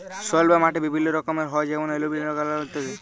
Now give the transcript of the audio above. soil বা মাটি বিভিল্য রকমের হ্যয় যেমন এলুভিয়াল, লাল, কাল ইত্যাদি